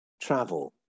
travel